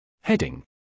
Heading